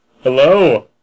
Hello